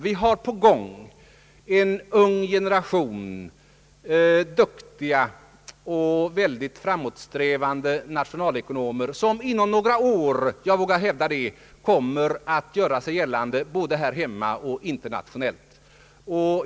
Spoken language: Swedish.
Vi har på gång en ung generation av duktiga och framåtsträvande nationalekonomer som inom några år, jag vågar hävda det, kommer att göra sig gällande både här hemma och internationellt.